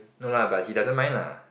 no lah but he doesn't mind lah